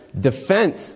defense